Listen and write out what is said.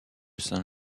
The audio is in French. saint